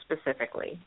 specifically